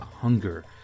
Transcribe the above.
hunger